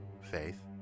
Faith